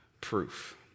proof